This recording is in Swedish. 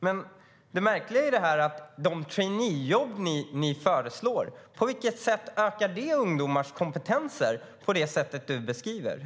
Men de traineejobb ni föreslår, på vilket sätt ökar de ungdomars kompetens på det sätt du beskriver?